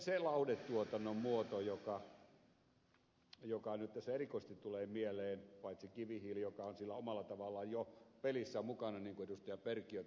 se lauhdetuotannon muoto joka nyt tässä erikoisesti tulee mieleen paitsi kivihiili joka on sillä omalla tavallaan jo pelissä mukana niin kuin ed